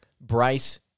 Bryce